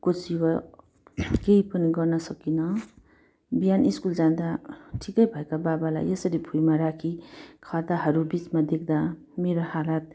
को सिवय भयो केही पनि गर्न सकिनँ बिहान स्कुल जाँदा ठिकै भएका बाबालाई यसरी भुइँमा राखी खदाहरू बिचमा देख्दा मेरो हालत